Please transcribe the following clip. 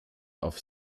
auf